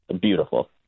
beautiful